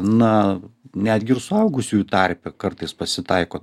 na netgi ir suaugusiųjų tarpe kartais pasitaiko